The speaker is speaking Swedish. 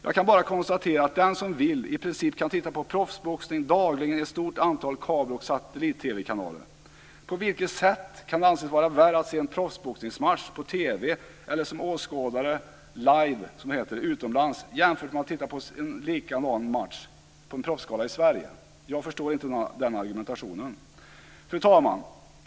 Jag kan bara konstatera att den som vill titta på proffsboxning i princip kan göra det dagligen i ett stort antal kabel och satellitkanaler. På vilket sätt är det värre att se en proffsboxningsmatch på TV eller som åskådare live utomlands än att titta på en likadan match på en proffsgala i Sverige? Jag förstår inte den argumentationen. Fru talman!